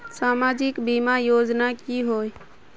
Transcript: सामाजिक बीमा योजना की होय?